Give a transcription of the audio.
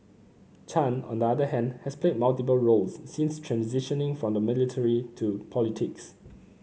Chan on the other hand has played multiple roles since transitioning from the military into politics